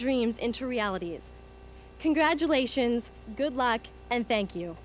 dreams into reality and congratulations good luck and thank you